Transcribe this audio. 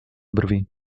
brwi